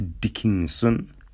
Dickinson